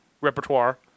repertoire